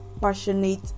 passionate